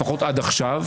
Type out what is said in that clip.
לפחות עד עכשיו,